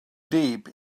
deep